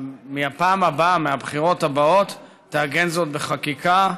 מהפעם הבאה, מהבחירות הבאות, תעגן זאת בחקיקה,